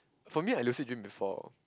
for me I lucid dream before